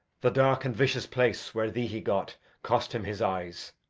the dark and vicious place where thee he got cost him his eyes.